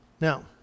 Now